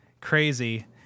Crazy